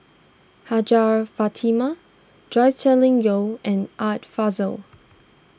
Hajjah Fatimah Joscelin Yeo and Art Fazil